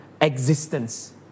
existence